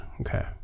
okay